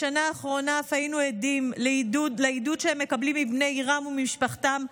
בשנה האחרונה אף היינו עדים לעידוד שהם מקבלים מבני עירם וממשפחתם,